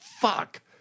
fuck